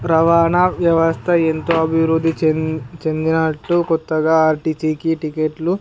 రవాణా వ్యవస్థ ఎంతో అభివృద్ధి చెంది చెందినట్లు క్రొత్తగా ఆర్టీసికి టిక్కెట్లు